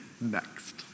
Next